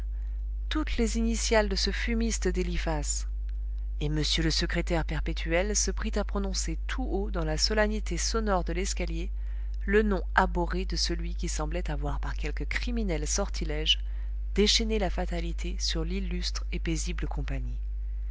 toutes les initiales de ce fumiste d'eliphas et m le secrétaire perpétuel se prit à prononcer tout haut dans la solennité sonore de l'escalier le nom abhorré de celui qui semblait avoir par quelque criminel sortilège déchaîné la fatalité sur l'illustre et paisible compagnie